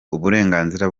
uburenganzira